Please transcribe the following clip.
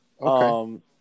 okay